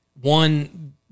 one